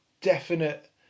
definite